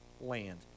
land